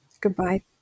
Goodbye